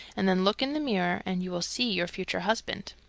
and then look in the mirror and you will see your future husband.